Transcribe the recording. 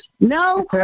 No